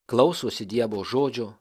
klausosi dievo žodžio